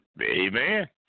Amen